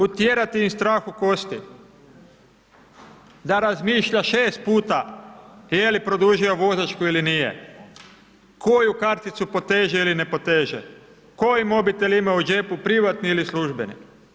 Utjerati im strah u kosti, da razmišlja 6 puta je li produžio vozačku ili nije, koju karticu poteže ili ne poteže, koji mobitel ima u džepu, privatni ili službeni.